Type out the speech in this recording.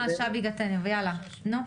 בבקשה.